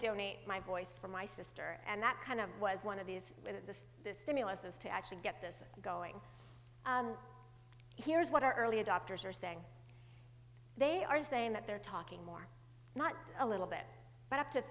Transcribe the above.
donate my voice for my sister and that kind of was one of these this this stimulus is to actually get this thing going here is what our early adopters are saying they are saying that they're talking more not a little bit but up to